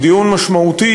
הוא דיון משמעותי,